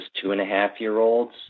two-and-a-half-year-olds